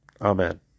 Amen